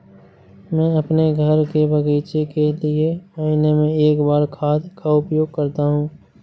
मैं अपने घर के बगीचे के लिए महीने में एक बार खाद का उपयोग करता हूँ